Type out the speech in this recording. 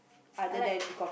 I like